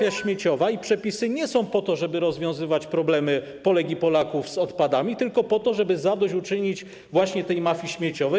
I przepisy nie są po to, żeby rozwiązywać problemy Polek i Polaków z odpadami, tylko po to, żeby zadośćuczynić właśnie tej mafii śmieciowej.